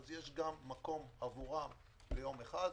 יש גם מקום עבורם ליום אחד,